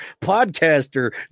podcaster